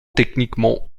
techniquement